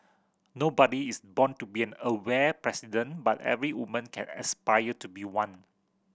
nobody is born to be an Aware president but every woman can aspire to be one